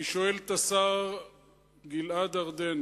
אני שואל את השר גלעד ארדן,